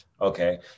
Okay